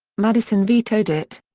madison vetoed it.